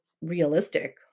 realistic